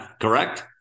correct